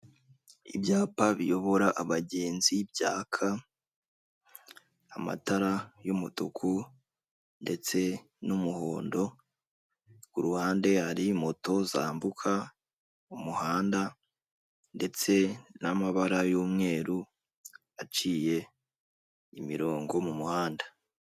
Ibyapa biyobora abagenzi byaka amatara y'umutuku ndetse n'umuhondo kuruhande hari moto zambuka umuhanda ndetse n'amabara y'umweru aciye imirongo mu muhanda.